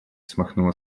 смахнула